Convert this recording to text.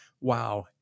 Wow